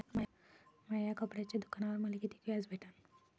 माया कपड्याच्या दुकानावर मले कितीक व्याज भेटन?